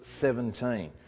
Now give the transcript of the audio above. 17